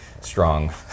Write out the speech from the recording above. strong